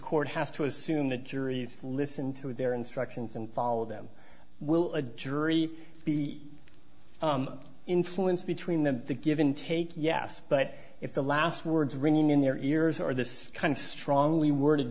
court has to assume the juries listen to their instructions and follow them will a jury be influenced between the give and take yes but if the last words ringing in your ears are this kind of strongly worded